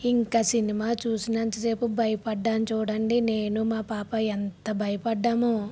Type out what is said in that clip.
ఇంక సినిమా చూసినంత సేపు భయపడ్డాను చూడండి నేను మా పాప ఎంత భయపడ్డామో